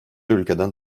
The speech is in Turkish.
ülkeden